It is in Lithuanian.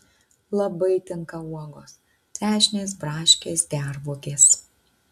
labai tinka uogos trešnės braškės gervuogės